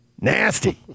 Nasty